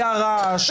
היה רעש,